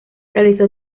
realizó